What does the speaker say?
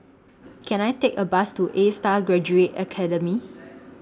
Can I Take A Bus to ASTAR Graduate Academy